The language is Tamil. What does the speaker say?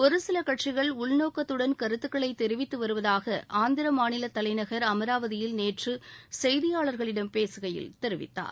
ஒரு சில கட்சிகள் உள்நோக்கத்துடன் கருத்துக்களைத் தெரிவித்து வருவதாக ஆந்திர மாநிலத் தலைநகர் அமராவதியில் நேற்று செய்தியாளர்களிடம் பேசுகையில் தெரிவித்தார்